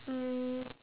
um